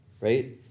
Right